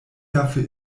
dafür